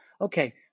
Okay